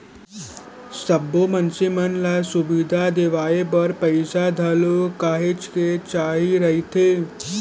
सब्बो मनसे मन ल सुबिधा देवाय बर पइसा घलोक काहेच के चाही रहिथे